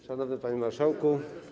Szanowny Panie Marszałku!